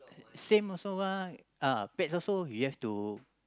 same also ah uh pets also we have to